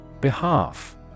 Behalf